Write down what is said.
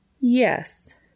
Yes